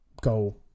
goal